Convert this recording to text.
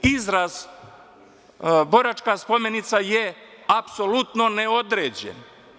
Izraz „Boračka spomenica“ je apsolutno neodređen.